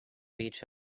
beach